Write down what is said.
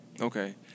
Okay